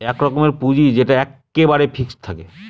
এক রকমের পুঁজি যেটা এক্কেবারে ফিক্সড থাকে